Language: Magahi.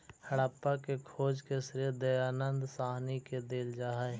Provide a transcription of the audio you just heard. हड़प्पा के खोज के श्रेय दयानन्द साहनी के देल जा हई